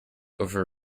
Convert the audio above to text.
over